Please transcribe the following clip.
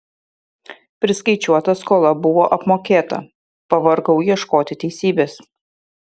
priskaičiuota skola buvo apmokėta pavargau ieškoti teisybės